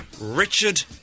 Richard